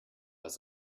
was